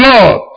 Lord